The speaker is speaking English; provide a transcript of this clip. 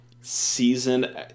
season